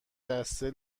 دسته